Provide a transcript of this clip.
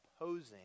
opposing